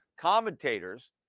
commentators